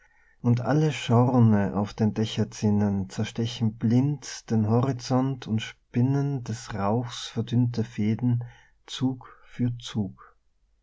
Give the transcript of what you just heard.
und alle schorne auf den dächerzinnen zerstechen blind den horizont und spinnen des rauchs verdünnte fäden zug für zug